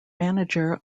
manager